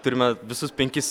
turime visus penkis